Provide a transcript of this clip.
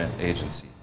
agency